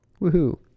woohoo